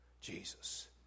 Jesus